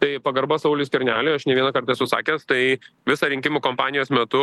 tai pagarba sauliui skverneliui aš ne vieną kartą esu sakęs tai visą rinkimų kompanijos metu